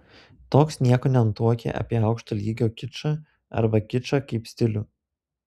toks nieko nenutuokia apie aukšto lygio kičą arba kičą kaip stilių